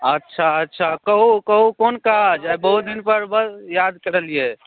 अच्छा अच्छा कहू कहू कोन काज आइ बहुत दिनपर बड़ याद करलियै